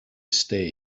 stay